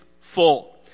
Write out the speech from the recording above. full